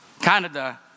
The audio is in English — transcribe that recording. Canada